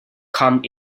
come